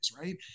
right